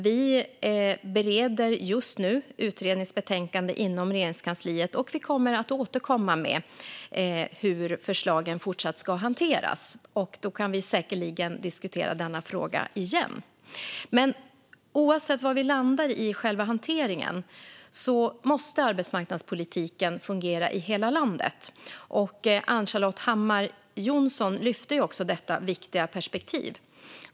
Vi bereder just nu utredningens betänkande inom Regeringskansliet och kommer att återkomma med hur förslagen fortsatt ska hanteras. Då kan vi säkerligen diskutera denna fråga igen. Men oavsett var vi landar i själva hanteringen måste arbetsmarknadspolitiken fungera i hela landet. Ann-Charlotte Hammar Johnsson lyfte fram detta viktiga perspektiv.